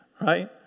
Right